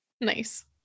Nice